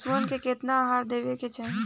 पशुअन के केतना आहार देवे के चाही?